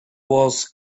wars